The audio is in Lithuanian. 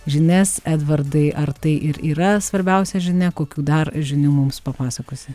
žinias edvardai ar tai ir yra svarbiausia žinia kokių dar žinių mums papasakosi